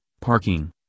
parking